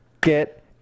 get